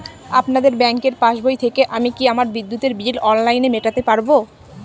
আপনাদের ব্যঙ্কের পাসবই থেকে আমি কি আমার বিদ্যুতের বিল অনলাইনে মেটাতে পারবো?